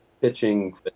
pitching